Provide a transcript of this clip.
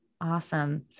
Awesome